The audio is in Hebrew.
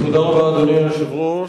תודה רבה, אדוני היושב-ראש.